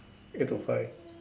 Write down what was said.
eight to five